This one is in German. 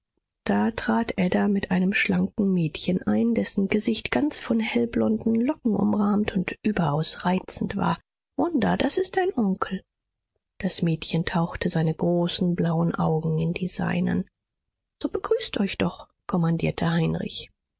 da trat ada mit einem schlanken mädchen ein dessen gesicht ganz von hellblonden locken umrahmt und überaus reizend war wanda das ist dein onkel das mädchen tauchte seine großen blauen augen in die seinen so begrüßt euch doch kommandierte heinrich